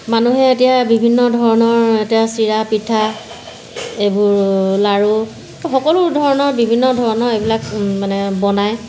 মানুহে এতিয়া বিভিন্ন ধৰণৰ এতিয়া চিৰা পিঠা এইবোৰ লাড়ু সকলো ধৰণৰ বিভিন্ন ধৰণৰ এইবিলাক মানে বনায়